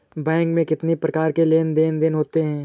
Bank में कितनी प्रकार के लेन देन देन होते हैं?